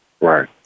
Right